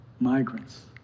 migrants